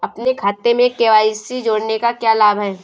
अपने खाते में के.वाई.सी जोड़ने का क्या लाभ है?